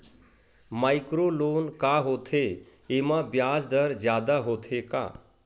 Micro loan का होथे येमा ब्याज दर जादा होथे का?